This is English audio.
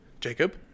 jacob